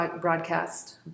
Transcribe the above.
broadcast